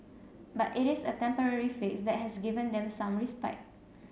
but it is a temporary fix that has given them some respite